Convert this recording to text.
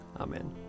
Amen